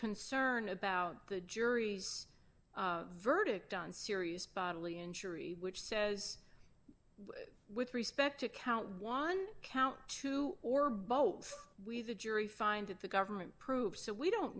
concern about the jury's verdict on serious bodily injury which says with respect to count one count two or both we the jury find that the government proves that we don't